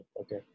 Okay